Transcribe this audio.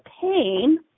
pain